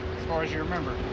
far as you remember.